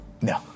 No